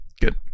good